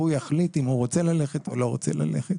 והוא יחליט אם הוא רוצה ללכת או לא רוצה ללכת,